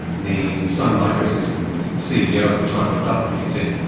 the sun microsystems ceo at the time looked up at me and said,